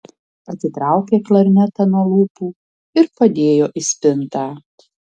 atitraukė klarnetą nuo lūpų ir padėjo į spintą